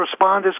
responders